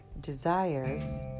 desires